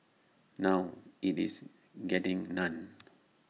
now IT is getting none